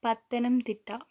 Pathanamthitta